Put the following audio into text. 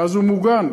ואז הוא מוגן.